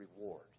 reward